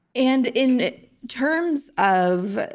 and in terms of,